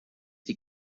die